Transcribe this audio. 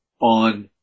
on